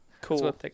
cool